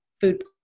food